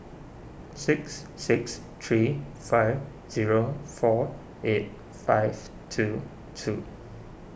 six six three five zero four eight five two two